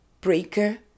Breaker